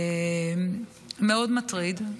מאוד מטרידה.